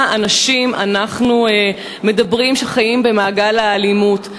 אנשים שחיים במעגל האלימות אנחנו מדברים.